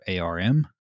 ARM